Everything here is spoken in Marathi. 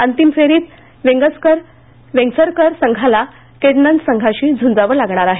अंतिम फेरीत वेंगसरकर संघाला केडन्स संघाशी झुंजावं लागणार आहे